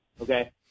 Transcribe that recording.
Okay